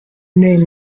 name